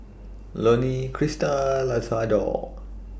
Loney Crista Isadore